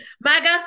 MAGA